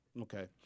Okay